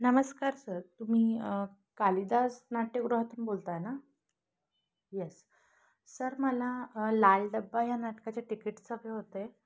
नमस्कार सर तुम्ही कालिदास नाट्यगृहातून बोलताय ना येस सर मला लाल डबा ह्या नाटकाच्या तिकीट्स हवे होते